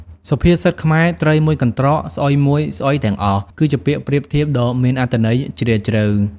សុភាសិតខ្មែរ ត្រីមួយកន្រ្តក ស្អុយមួយស្អុយទាំងអស់ គឺជាពាក្យប្រៀបធៀបដ៏មានអត្ថន័យជ្រាលជ្រៅ។